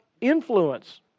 influence